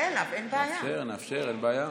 נאפשר, נאפשר, אין בעיה.